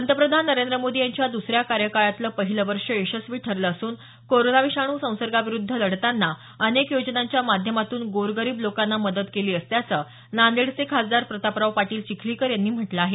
पंतप्रधान नरेंद्र मोदी यांच्या दुसऱ्या कार्यकाळातलं पहिलं वर्ष यशस्वी ठरलं असून कोरोना विषाणू संसर्गाविरूध्द लढतांना अनेक योजनांच्या माध्यमातून गोरगरीब लोकांना मदत केली असल्याचं नांदेडचे खासदार प्रतापराव पाटील चिखलीकर यांनी म्हटलं आहे